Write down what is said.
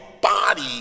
body